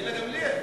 גילה גמליאל.